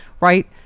right